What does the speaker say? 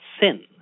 sin